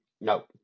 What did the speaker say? No